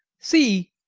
see!